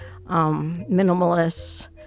minimalists